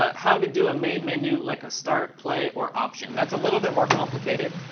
ah how to do a main menu, like a start, play, or option? that's a little bit more complicated.